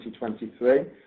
2023